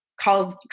calls